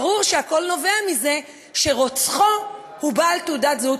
ברור שהכול נובע מזה שרוצחו הוא בעל תעודת זהות